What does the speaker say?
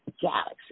galaxy